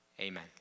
amen